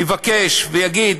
יבקש ויגיד